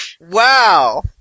Wow